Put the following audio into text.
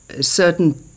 certain